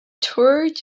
toured